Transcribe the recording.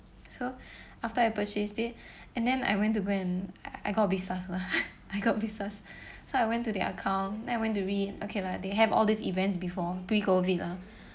so after I purchased it and then I went to go and I I got visas lah I got visas so I went to their account then I went to read okay lah they have all these events before pre-COVID lah